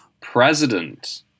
President